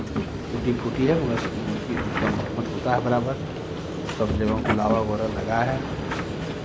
टूटी फूटी है मगर उसकी उसका मरम्मत होता है बराबर सब जगहों कुलावा वगैरह लगा है